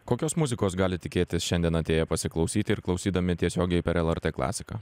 kokios muzikos gali tikėtis šiandien atėję pasiklausyti ir klausydami tiesiogiai per lrt klasiką